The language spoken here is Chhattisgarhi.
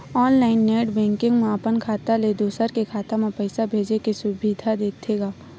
ऑनलाइन नेट बेंकिंग म अपन खाता ले दूसर के खाता म पइसा भेजे के सुबिधा देथे गा